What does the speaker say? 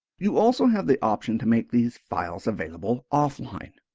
you also have the option to make these files available offline.